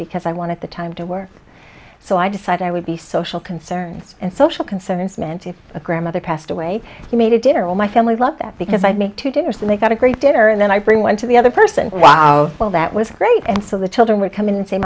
because i wanted the time to work so i decided i would be social concerns and social concerns meant if a grandmother passed away i made a dinner will my family love that because i make to dinner so they got a great dinner and then i bring one to the other person well that was great and so the children would come in and say